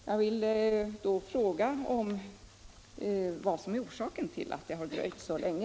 Jag vill då fråga: Vad är orsaken till att det dröjt så länge?